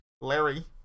Larry